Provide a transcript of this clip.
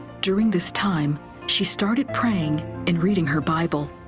during this time she started praying and reading her bible.